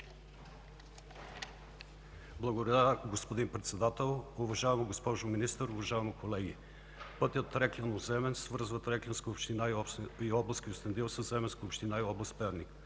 Благодаря, господин Председател. Уважаема госпожо Министър, уважаеми колеги! Пътят Трекляно – Земен свързва Треклянска община и област Кюстендил със Земенска община и област Перник.